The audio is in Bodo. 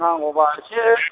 नांगौबा इसे